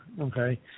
okay